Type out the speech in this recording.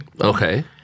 Okay